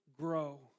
grow